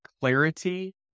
clarity